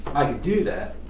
i could do that.